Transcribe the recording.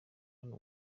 hano